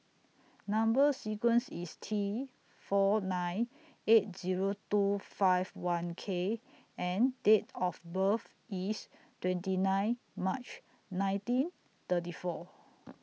Number sequence IS T four nine eight Zero two five one K and Date of birth IS twenty nine March nineteen thirty four